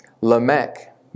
Lamech